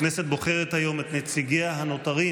הכנסת בוחרת היום את נציגיה הנותרים